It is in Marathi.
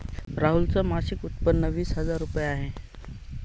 राहुल च मासिक उत्पन्न वीस हजार रुपये आहे